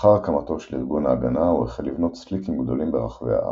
לאחר הקמתו של ארגון ההגנה הוא החל לבנות סליקים גדולים ברחבי הארץ.